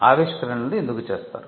ఆవిష్కరణలు ఎందుకు చేస్త్తారు